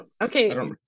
Okay